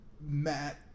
Matt